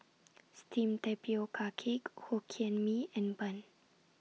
Steamed Tapioca Cake Hokkien Mee and Bun